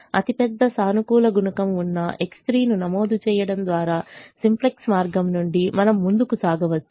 అతిపెద్ద సానుకూల గుణకం ఉన్న X3 ను నమోదు చేయడం ద్వారా సింప్లెక్స్ మార్గం నుండి మనం ముందుకు సాగవచ్చు